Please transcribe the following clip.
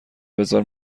بزار